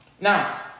Now